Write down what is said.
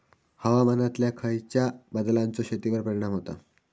हवामानातल्या खयच्या बदलांचो शेतीवर परिणाम होता?